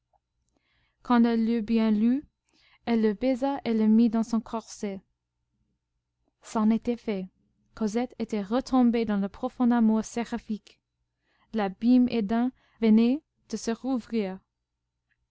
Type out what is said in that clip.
quand elle l'eut bien lu elle le baisa et le mit dans son corset c'en était fait cosette était retombée dans le profond amour séraphique l'abîme éden venait de se rouvrir